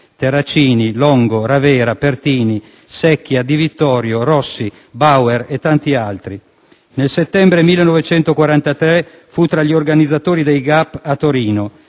Terracini, Longo, Ravera, Pertini, Secchia, Di Vittorio, Rossi, Bauer e tanti altri. Nel settembre 1943 fu tra gli organizzatori dei Gap a Torino;